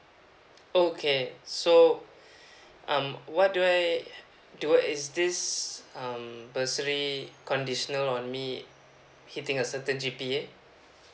okay so um what do I do uh is this um bursary conditioner on me hitting a certain G_P_A